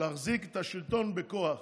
להחזיק את השלטון בכוח,